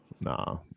Nah